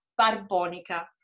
Barbonica